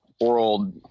world